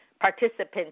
participants